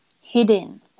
hidden